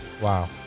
Wow